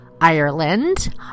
Ireland